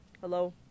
Hello